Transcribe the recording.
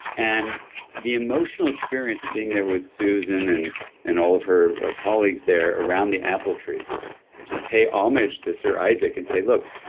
and the emotional experience of being there with susan and and all of her colleagues there around the apple tree to pay homage to sir isaac and say, look,